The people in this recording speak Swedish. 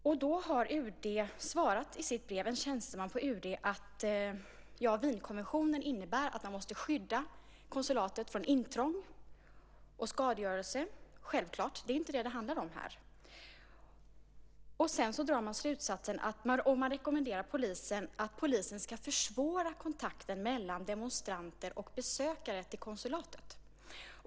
Då har en tjänsteman på UD i ett brev svarat att Wienkonventionen innebär att man måste skydda konsulatet från intrång och skadegörelse. Det är självklart. Det är inte det som det handlar om här. Och man rekommenderar att polisen ska försvåra kontakten mellan demonstranter och besökare till konsulatet.